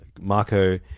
Marco